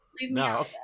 no